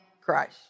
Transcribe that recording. Christ